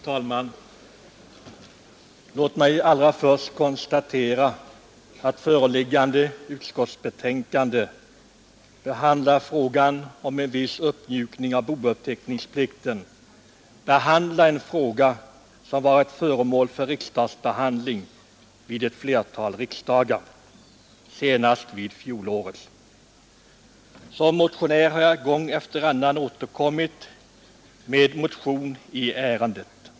Herr talman! Låt mig allra först konstatera att föreliggande utskotts betänkande behandlar frågan om en viss uppmjukning av bouppteckningsplikten, en fråga som har varit föremål för behandling vid ett flertal riksdagar, senast vid fjolårets Jag har gång efter annan återkommit med motion i ärendet.